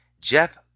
Jeff